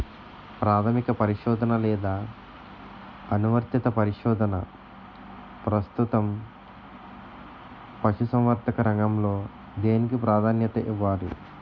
ప్రాథమిక పరిశోధన లేదా అనువర్తిత పరిశోధన? ప్రస్తుతం పశుసంవర్ధక రంగంలో దేనికి ప్రాధాన్యత ఇవ్వాలి?